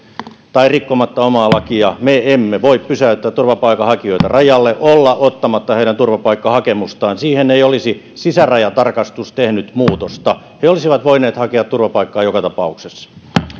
tai rikkomatta omaa lakiamme me emme voi pysäyttää turvapaikanhakijoita rajalle olla ottamatta heidän turvapaikkahakemustaan siihen ei olisi sisärajatarkastus tehnyt muutosta he olisivat voineet hakea turvapaikkaa joka tapauksessa